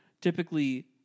typically